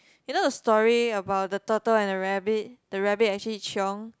you know the story about the turtle and the rabbit the rabbit actually chiong